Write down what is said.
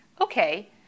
Okay